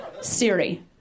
Siri